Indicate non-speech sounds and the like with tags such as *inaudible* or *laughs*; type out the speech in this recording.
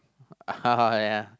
*laughs* ya